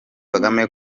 kagame